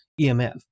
EMF